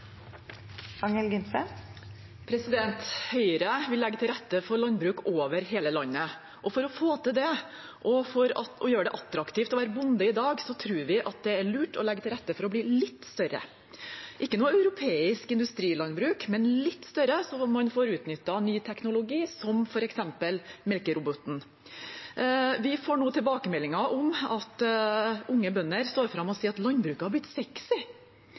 landbruk over hele landet. For å få til det og for å gjøre det attraktivt å være bonde i dag tror vi det er lurt å legge til rette for å bli litt større – ikke noe europeisk industrilandbruk, men litt større, sånn at man får utnyttet ny teknologi, som f.eks. melkeroboten. Vi får nå tilbakemeldinger om at unge bønder står fram og sier at landbruket har blitt